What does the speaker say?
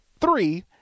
three